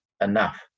enough